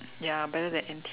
ya better than empty